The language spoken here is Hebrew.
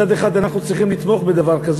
שמצד אחד אנחנו צריכים לתמוך בדבר הזה